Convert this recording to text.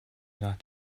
not